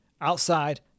Outside